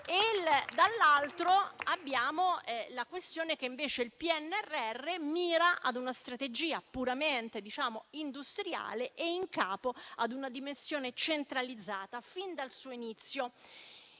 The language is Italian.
Abbiamo poi la questione che il PNRR mira ad una strategia puramente industriale e in capo ad una dimensione centralizzata fin dal suo inizio.